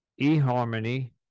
eHarmony